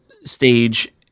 stage